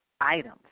items